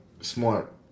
smart